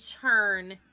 turn